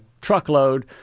truckload